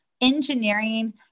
engineering